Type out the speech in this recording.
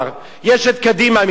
יש קדימה מצד אחד,